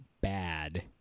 bad